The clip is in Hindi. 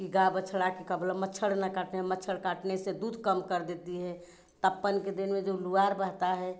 कि गाय बछड़ा के का बोला मच्छर न काटें मच्छर काटने से दूध कम कर देती है तप्पन के दिन में जब लुआर बहता है